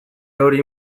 hori